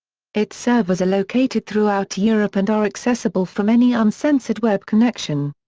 its servers are located throughout europe and are accessible from any uncensored web connection.